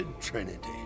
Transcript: Trinity